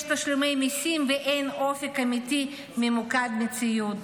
יש תשלומי מיסים, ואין אופק אמיתי ממוקד מציאות.